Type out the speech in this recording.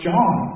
John